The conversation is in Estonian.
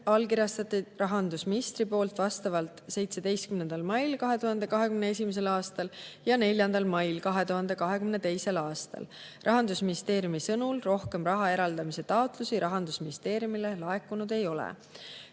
allkirjastas rahandusminister vastavalt 17. mail 2021. aastal ja 4. mail 2022. aastal. Rahandusministeeriumi sõnul rohkem raha eraldamise taotlusi Rahandusministeeriumile laekunud ei ole.